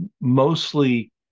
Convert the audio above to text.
mostly